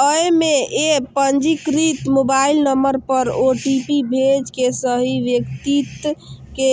अय मे एप पंजीकृत मोबाइल नंबर पर ओ.टी.पी भेज के सही व्यक्ति के